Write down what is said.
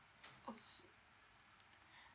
orh so